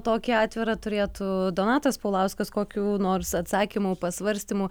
tokį atvirą turėtų donatas paulauskas kokių nors atsakymų pasvarstymų